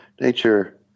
Nature